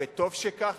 וטוב שכך.